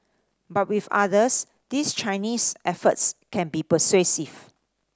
but with others these Chinese efforts can be persuasive